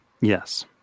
Yes